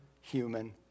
human